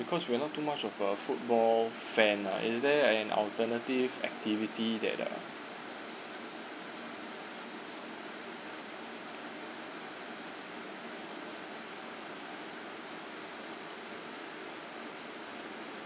because we are not too much of a football fan ah is there an alternative activity that uh